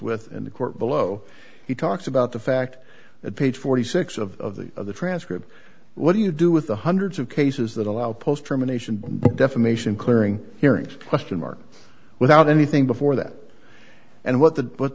with in the court below he talks about the fact that page forty six of the transcript what do you do with the hundreds of cases that allow post terminations defamation clearing hearings question mark without anything before that and what the